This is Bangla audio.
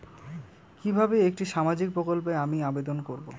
কিভাবে একটি সামাজিক প্রকল্পে আমি আবেদন করব?